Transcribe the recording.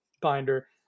binder